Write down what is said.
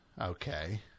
Okay